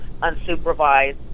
unsupervised